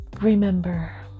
Remember